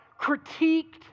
critiqued